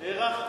הערכנו.